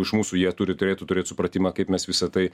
iš mūsų jie turi turėtų turėt supratimą kaip mes visa tai